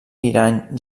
iran